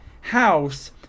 house